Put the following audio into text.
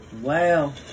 Wow